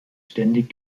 ständig